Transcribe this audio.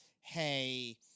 hey